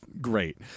great